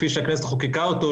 כפי שהכנסת חוקקה אותו,